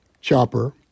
chopper